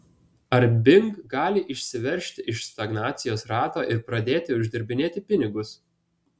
ar bing gali išsiveržti iš stagnacijos rato ir pradėti uždirbinėti pinigus